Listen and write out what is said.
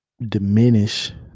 diminish